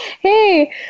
Hey